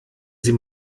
sie